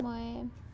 मयेंम